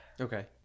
okay